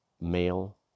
male